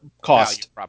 cost